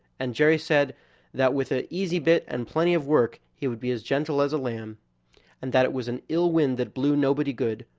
and jerry said that with an easy bit and plenty of work he would be as gentle as a lamb and that it was an ill wind that blew nobody good,